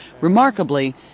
Remarkably